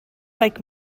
like